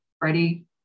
ready